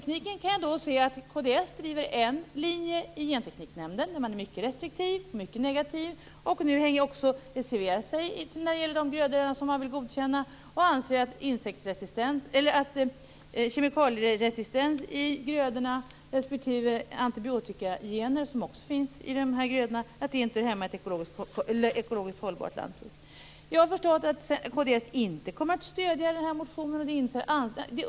Jag kan sedan konstatera att kd driver en linje i Gentekniknämnden, där man är mycket restriktiv, mycket negativ och nu också har reserverat sig i fråga om de grödor som nämnden vill godkända. Man anser att kemikalieresistens i grödorna respektive antibiotikagener, som också finns i de här grödorna, inte hör hemma i ett ekologiskt hållbart lantbruk. Jag har förstått att kd inte kommer att stödja den här motionen.